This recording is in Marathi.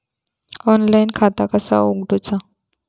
ऑनलाईन खाता कसा उगडूचा?